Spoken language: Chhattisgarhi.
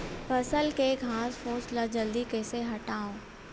फसल के घासफुस ल जल्दी कइसे हटाव?